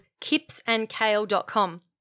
kipsandkale.com